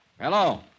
Hello